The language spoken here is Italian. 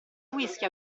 whisky